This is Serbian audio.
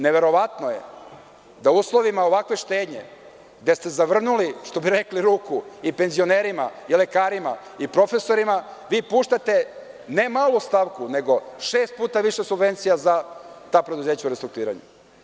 Neverovatno je da u uslovima ovakve štednje, gde ste, što bi rekli, zavrnuli ruku i penzionerima i lekarima i profesorima, vi puštate ne malu stavku, nego šest puta više subvencija za ta preduzeća u restrukturiranju.